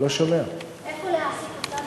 איפה להעסיק אותן?